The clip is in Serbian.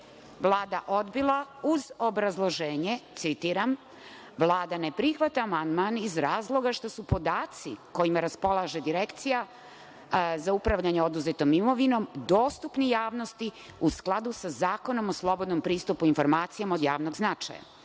Vlada odbila, uz obrazloženje: „Vlada ne prihvata amandman iz razloga što su podaci kojima raspolaže Direkcija za upravljanje oduzetom imovinom dostupni javnosti u skladu sa Zakonom o slobodnom pristupu informacijama od javnog značaja“.Molim